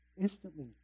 instantly